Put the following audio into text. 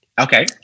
Okay